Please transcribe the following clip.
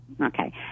Okay